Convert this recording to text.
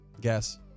Guess